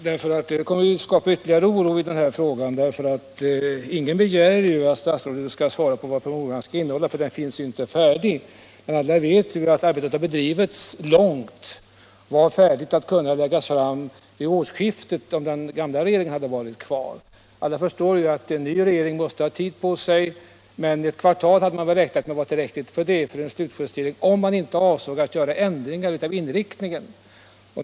Herr talman! Det som statsrådet senast sade är beklagligt, eftersom det skapar ytterligare oro i frågan. Ingen begär att statsrådet skall svara på vad promemorian skall innehålla, då den ju inte finns färdig. Men alla vet att arbetet har bedrivits länge och att promemorian skulle ha kunnat läggas fram vid årsskiftet, om den gamla regeringen hade suttit kvar. Alla förstår ju att en ny regering måste ha tid på sig, men man hade räknat med att ytterligare ett kvartal kunde vara tillräckligt för en slutjustering, om avsikten inte var att ändra inriktningen.